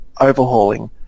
overhauling